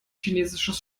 chinesisches